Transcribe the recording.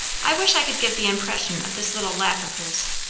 i wish i could give the impression of this little laugh of hers,